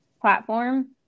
platform